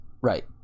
right